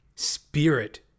spirit